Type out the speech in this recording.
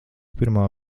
pirmā